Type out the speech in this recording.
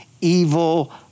evil